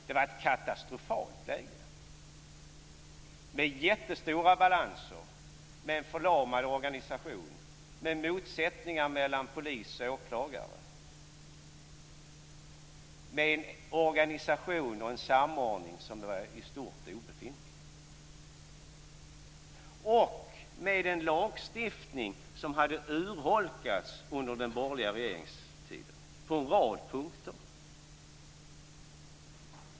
Det var ett katastrofalt läge med jättestora balanser, en förlamad organisation, motsättningar mellan polis och åklagare, en i stort obefintlig organisation och samordning och en lagstiftning som på en rad punkter hade urholkats under den borgerliga regeringstiden.